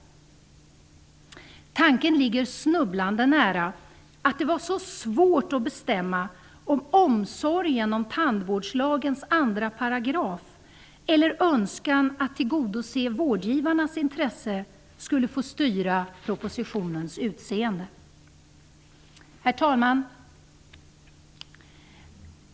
Tanken ligger snubblande nära att det var svårt att bestämma om det var omsorgen om tandvårdslagens andra paragraf eller om det var önskan att tillgodose vårdgivarens intresse som styrde propositionens utseende. Herr talman!